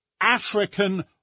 African